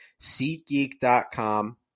SeatGeek.com